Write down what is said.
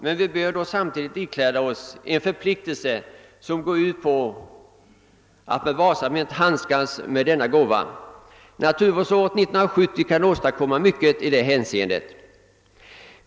Men vi bör då samtidigt ikläda oss förpliktelsen att varsamt handskas med denna gåva. Naturvårdsåret 1970 kan åstadkomma mycket i det hänseendet.